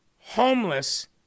homeless